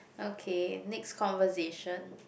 okay next conversation